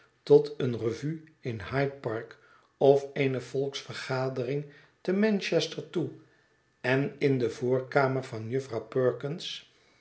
tot een revue in hyde park of eene volksvergadering te manchester toe en in de voorkamer van jufvrouw perkins